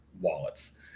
wallets